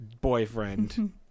boyfriend